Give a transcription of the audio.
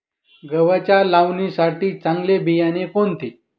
गव्हाच्या लावणीसाठी चांगले बियाणे कोणते?